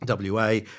WA